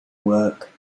work